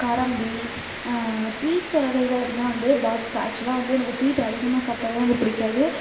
karaboondi sweets வகைகள் அப்படினா வந்து பாதுஷா ஆக்ச்சுலாக வந்து எனக்கு ஸ்வீட் அதிகமாக சாப்பிடாலே வந்து பிடிக்காது